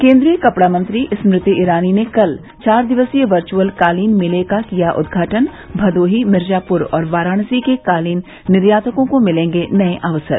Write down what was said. केन्द्रीय कपड़ा मंत्री स्मृति ईरानी ने कल चार दिवसीय वर्चअल कालीन मेले का किया उदघाटन भदोही मिर्जाप्र और वाराणसी के कालीन निर्यातकों को मिलेंगे नये अवसर